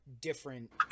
different